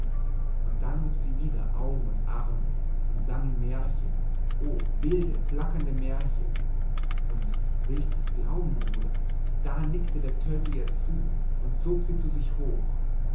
doch dann hob sie wieder augen und arme und sang ihm märchen o wilde flackernde märchen und willst du es glauben bruder da nickte der tölpel ihr zu und zog sie zu sich hoch